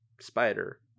spider